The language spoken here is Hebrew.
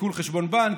עיקול חשבון בנק,